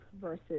versus